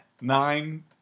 Nine